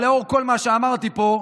אבל לאור כל מה שאמרתי פה,